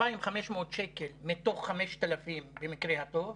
2,500 שקל מתוך 5,000 במקרה הטוב,